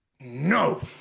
no